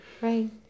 Right